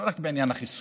לא רק בעניין החיסון,